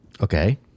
Okay